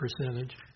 percentage